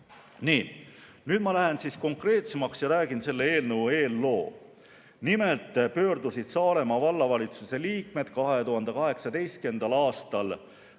Nii. Nüüd ma lähen konkreetsemaks ja räägin selle eelnõu eelloo. Nimelt pöördusid Saaremaa Vallavalitsuse liikmed 2018. aastal